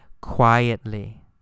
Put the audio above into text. quietly